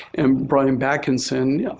and bryon backenson, yeah